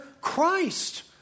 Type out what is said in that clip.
Christ